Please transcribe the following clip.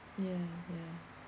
ya ya